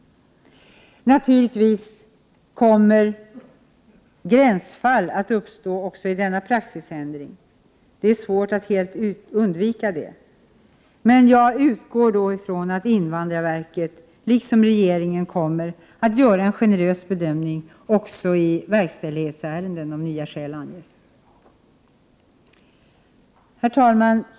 Naturligtvis kommer gränsfall att uppstå också med denna praxisändring. Det är svårt att helt undvika. Men jag utgår från att invandrarverket liksom regeringen kommer att göra en generös bedömning också i verkställighetsärenden, om nya skäl anges. Herr talman!